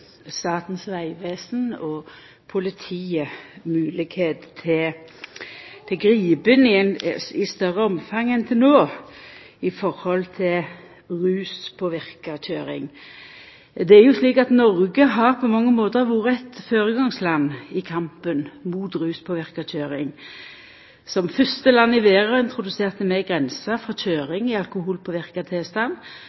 Statens vegvesen og politiet moglegheit til å gripa inn i større omfang enn til no i forhold til ruspåverka kjøring. Det er jo slik at Noreg på mange måtar har vore eit føregangsland i kampen mot ruspåverka kjøring. Som fyrste land i verda introduserte vi grenser for